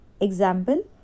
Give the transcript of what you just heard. Example